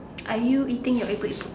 are you eating your epok epok